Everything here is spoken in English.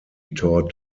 taught